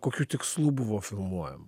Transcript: kokiu tikslu buvo filmuojama